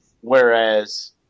Whereas